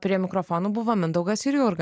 prie mikrofonų buvo mindaugas ir jurga